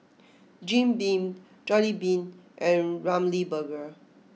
Jim Beam Jollibean and Ramly Burger